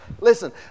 Listen